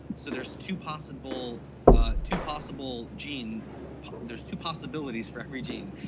so there's two possible two possible genes there's two possibilities for every gene.